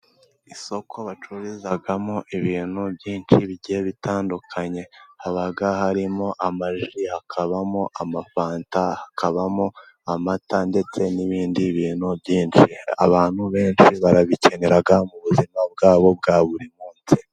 Isoko bacururizamo ibintu byinshi bigiye bitandukanye: haba harimo ama ji, hakabamo ama fanta, hakabamo amata, ndetse n'ibindi bintu byinshi. Abantu benshi barabikenera mu buzima bwabo bwa buri munsi.